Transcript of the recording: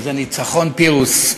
וזה ניצחון פירוס.